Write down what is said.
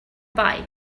bike